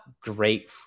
great